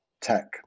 tech